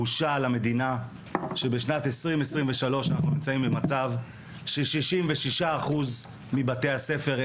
בושה למדינה שבשנת 2023 אנחנו נמצאים במצב ש-66% מבתי הספר,